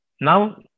Now